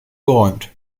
geräumt